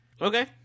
Okay